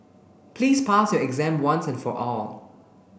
please pass your exam once and for all